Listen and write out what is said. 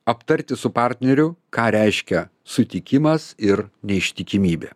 aptarti su partneriu ką reiškia sutikimas ir neištikimybė